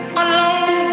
alone